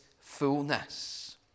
fullness